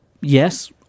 Yes